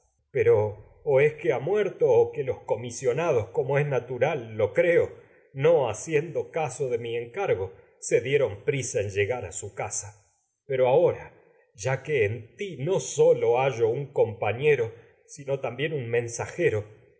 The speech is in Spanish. na es que ha muerto o que los comisionados como creo en tural lo ron no haciendo caso de mi encargo e die pi'isa llegar a su casa pei'o ahora ya que en ti uncompañei'o sino también un mensajero